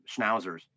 Schnauzers